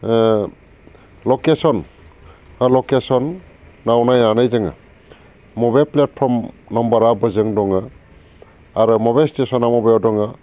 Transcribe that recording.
ओ लकेसन लकेसनआव नायनानै जोङो मबे प्लेटफर्म नाम्बारा बोजों दङ आरो मबे स्टेसना मबेयाव दङ